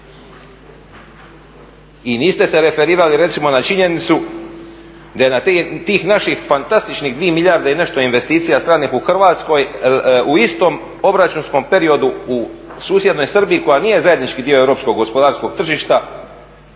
I niste se referirali recimo na činjenicu da je na tih naših fantastičnih 2 milijarde i nešto investicija stranih u Hrvatskoj, u istom obračunskom periodu u susjednoj Srbiji koja nije zajednički dio europskog gospodarskog tržišta